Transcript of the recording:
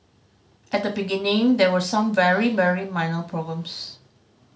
at the beginning there were some very very minor problems